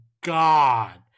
god